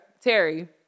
Terry